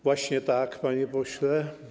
Właśnie tak, panie pośle.